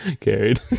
Carried